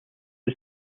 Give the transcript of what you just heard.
was